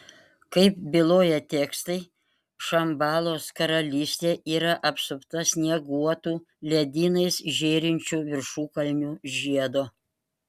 kaip byloja tekstai šambalos karalystė yra apsupta snieguotų ledynais žėrinčių viršukalnių žiedo